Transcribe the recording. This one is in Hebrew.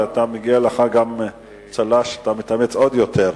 ומגיע לך גם צל"ש שאתה מתאמץ עוד יותר,